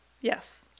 Yes